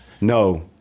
No